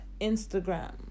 instagram